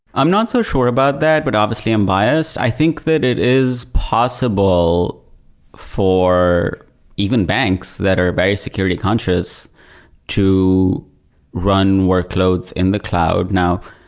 i'm not so sure about that, but obviously am biased. i think that it is possible for even banks that are very security conscious to run workloads in the cloud. now,